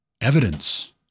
evidence